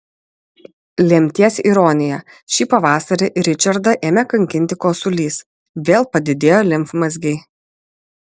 lemties ironija šį pavasarį ričardą ėmė kankinti kosulys vėl padidėjo limfmazgiai